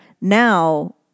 now